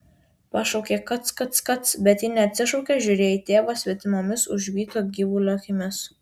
pašaukė kac kac kac bet ji neatsišaukė žiūrėjo į tėvą svetimomis užvyto gyvulio akimis